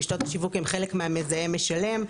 רשתות השיווק הן חלק מהמזהם משלם.